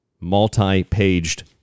multi-paged